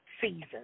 season